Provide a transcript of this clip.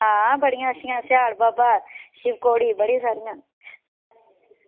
आं बड़ियां अच्छियां स्याढ़ बावा शिवखोड़ी बड़ी सारियां